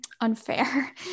unfair